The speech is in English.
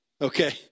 okay